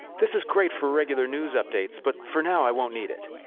this is great for regular news updates but for now i won't need it.